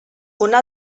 una